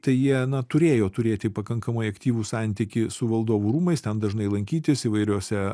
tai jie na turėjo turėti pakankamai aktyvų santykį su valdovų rūmais ten dažnai lankytis įvairiose